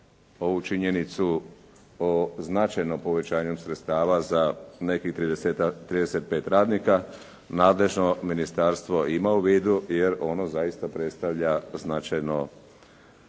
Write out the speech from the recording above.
ovu činjenicu o značajnom povećanju sredstava za nekih 35 radnika nadležno ministarstvo ima u vidu jer ono zaista predstavlja značajno